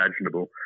imaginable